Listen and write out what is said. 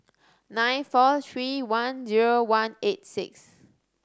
nine four three one zero one eight six